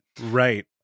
right